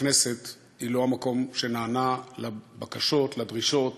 הכנסת היא לא המקום שנענה לבקשות, לדרישות